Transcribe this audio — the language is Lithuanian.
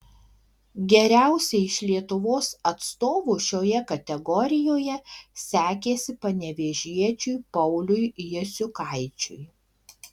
geriausiai iš lietuvos atstovų šioje kategorijoje sekėsi panevėžiečiui pauliui jasiukaičiui